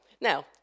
Now